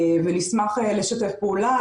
ונשמח לשתף פעולה,